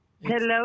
Hello